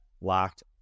locked